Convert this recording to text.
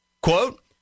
Quote